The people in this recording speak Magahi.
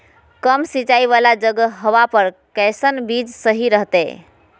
कम सिंचाई वाला जगहवा पर कैसन बीज सही रहते?